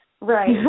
Right